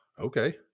Okay